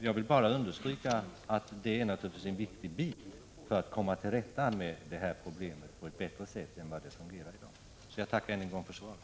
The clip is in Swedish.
Jag vill understryka att det naturligtvis är en viktig bit för att komma till rätta med detta problem på ett bättre sätt. Jag tackar än en gång för svaret.